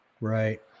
Right